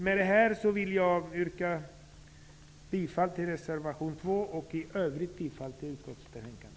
Med detta vill jag yrka bifall till reservation 2 och i övrigt bifall till utskottets betänkande.